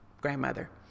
grandmother